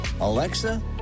Alexa